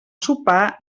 sopar